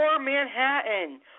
Manhattan